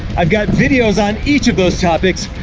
i've got videos on each of those topics.